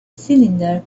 cylinder